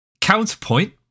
counterpoint